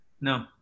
No